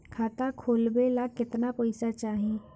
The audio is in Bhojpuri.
खाता खोलबे ला कितना पैसा चाही?